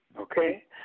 Okay